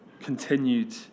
continued